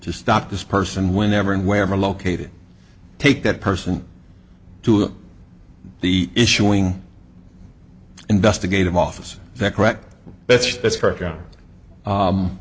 to stop this person whenever and wherever located take that person to the issuing investigative officer that correct